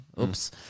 Oops